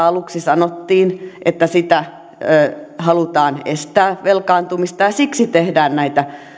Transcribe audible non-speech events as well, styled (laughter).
(unintelligible) aluksi sanottiin että halutaan estää velkaantumista ja siksi tehdään näitä